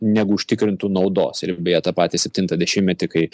negu užtikrintų naudos ir beje tą patį septintą dešimtmetį kai